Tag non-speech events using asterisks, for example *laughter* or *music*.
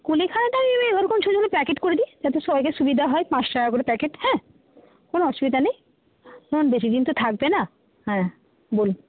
কুলেখাড়াটা *unintelligible* ওরকম ছোটো ছোটো প্যাকেট করে দিই যাতে সবাইকার সুবিধা হয় পাঁচ টাকা করে প্যাকেট হ্যাঁ কোনো অসুবিধা নেই *unintelligible* বেশি দিন তো থাকবে না হ্যাঁ বলুন